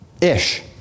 Ish